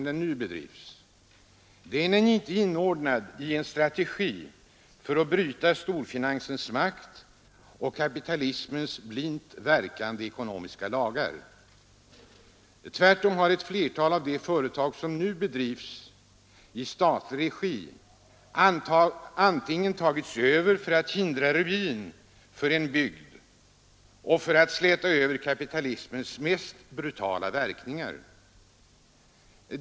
Den är inte inordnad i en strategi för att bryta storfinansens makt och kapitalismens blint verkande ekonomiska lagar. Tvärtom har ett flertal av de företag som nu bedrivs i statlig regi tagits över för att hindra ruin för en bygd och för att släta över kapitalismens mest brutala verkningar.